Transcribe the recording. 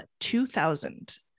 2000